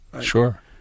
sure